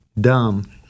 dumb